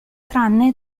tranne